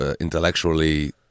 intellectually